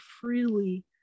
freely